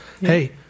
Hey